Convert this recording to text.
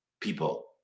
People